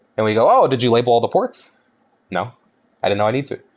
and we go, oh! did you label all the ports? no. i didn't know i need to.